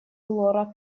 лора